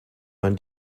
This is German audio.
man